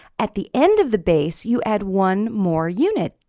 at the end of the base you add one more unit.